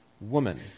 woman